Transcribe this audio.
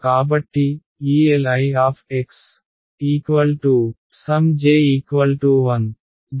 కాబట్టి ఈ Lij1 jiN